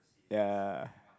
ya